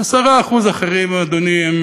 ו-10% אחרים, אדוני, הם,